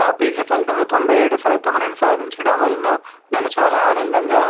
నా పీజీ పలితములు తొంభై ఏడు శాతం నేను సాధించడం వలన నేను చాలా ఆనందంగా